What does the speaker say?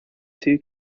two